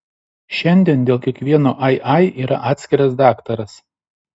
šiandien dėl kiekvieno ai ai yra atskiras daktaras